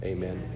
Amen